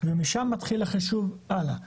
ומשם מתחיל החישוב הלאה.